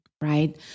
right